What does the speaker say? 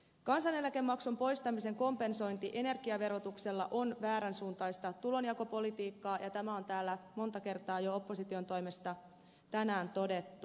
kansaneläkemaksun poistamisen kompensointi energiaverotuksella on väärän suuntaista tulonjakopolitiikkaa ja tämä on täällä monta kertaa jo opposition toimesta tänään todettu